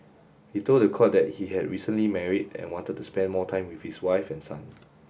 he told the court that he had recently married and wanted to spend more time with his wife and son